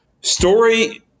Story